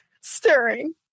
stirring